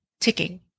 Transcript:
ticking